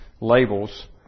labels